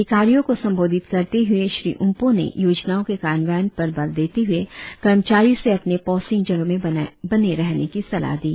अधिकारियों को सम्बोधित करते हुए श्री उम्पों ने योजनाओं के कार्यान्वयन पर बल देते हुए कर्मचारियों से अपने पोस्टिंग जगह में बने रहने की सलाह दी